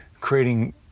creating